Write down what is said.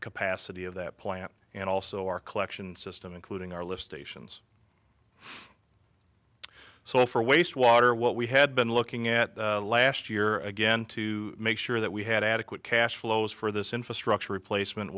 capacity of that plant and also our collection system including our list stations so for waste water what we had been looking at last year again to make sure that we had adequate cash flows for this infrastructure replacement